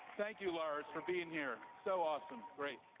thank you lars for being here, so awesome great.